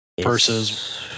versus